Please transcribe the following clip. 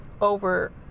over